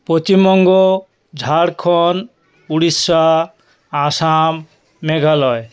Paschimbanga Jharkhand Orissa Assam Meghalaya